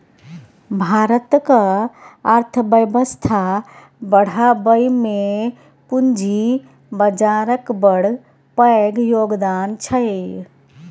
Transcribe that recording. भारतक अर्थबेबस्था बढ़ाबइ मे पूंजी बजारक बड़ पैघ योगदान छै